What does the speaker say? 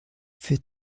für